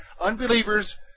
Unbelievers